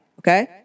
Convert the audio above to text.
okay